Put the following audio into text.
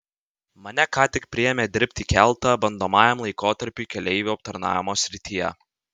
mane ką tik priėmė dirbti į keltą bandomajam laikotarpiui keleivių aptarnavimo srityje